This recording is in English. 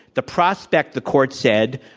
the prospect, the court said,